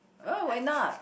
oh why not